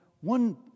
one